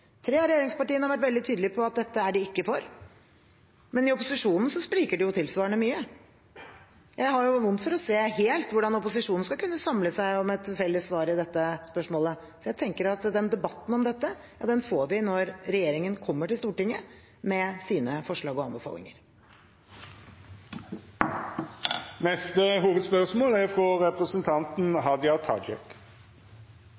tre av regjeringspartiene har vært veldig tydelige på at dette er de ikke for. Men i opposisjonen spriker det jo tilsvarende mye. Jeg har vondt for helt å se hvordan opposisjonen skal kunne samle seg om et felles svar i dette spørsmålet. Jeg tenker at vi får debatten om dette når regjeringen kommer til Stortinget med sine forslag og anbefalinger. Me går vidare til neste hovudspørsmål. Spørsmålet mitt går til finansministeren. Som finansministeren er